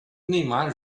neymar